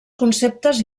conceptes